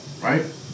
right